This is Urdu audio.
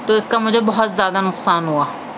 تو اُس کا مجھے بہت زیادہ نقصان ہُوا